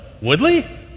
Woodley